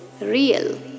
real